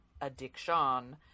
addiction